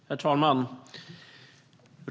Herr talman!